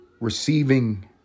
receiving